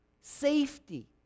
safety